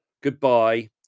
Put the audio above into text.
goodbye